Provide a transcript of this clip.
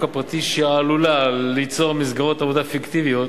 הפרטי שעלולה ליצור מסגרות עבודה פיקטיביות